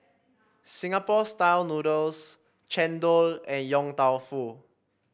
Singapore style noodles chendol and Yong Tau Foo